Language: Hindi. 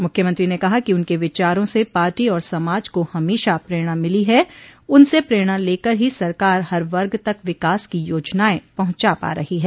मुख्यमंत्री ने कहा कि उनके विचारों से पार्टी और समाज को हमेशा परणा मिली है उनसे प्रेरणा लेकर ही सरकार हर वर्ग तक विकास की योजनाएं पहुंचा पा रही है